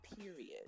period